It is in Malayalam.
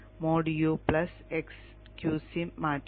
മോഡ് u x qsim മാറ്റുക